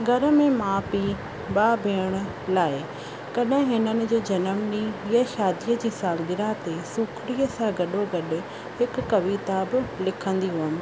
घर में मां पीउ भाउ भेण लाइ कॾहिं हिननि जे जनम ॾींहं या शादीअ जी सालगिरह ते सूखिड़ीअ सां गॾो गॾु हिकु कविता बि लिखंदी हुअमि